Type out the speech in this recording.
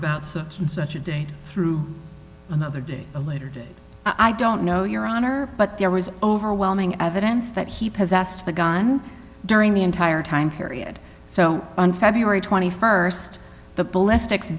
about such and such a date through another day a later date i don't know your honor but there was overwhelming evidence that he possessed the gun during the entire time period so on february twenty first the ballistic